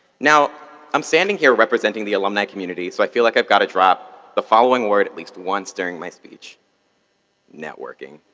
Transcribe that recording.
now i'm standing here representing the alumni community, so i feel like i've got to drop the following word at least once during my speech networking.